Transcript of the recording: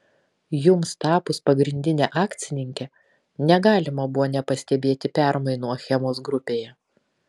jums tapus pagrindine akcininke negalima buvo nepastebėti permainų achemos grupėje